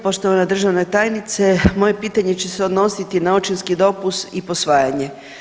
Poštovana državna tajnice, moje pitanje će se odnositi na očinski dopust i posvajanje.